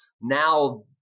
now